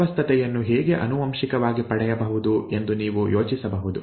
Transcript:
ಅಸ್ವಸ್ಥತೆಯನ್ನು ಹೇಗೆ ಆನುವಂಶಿಕವಾಗಿ ಪಡೆಯಬಹುದು ಎಂದು ನೀವು ಯೋಚಿಸಬಹುದು